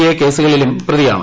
A കേസുകളിലും പ്രതിയാണ്